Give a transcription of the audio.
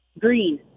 Green